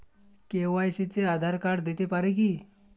KYC তে Aadhaar card দিতে পারি কি?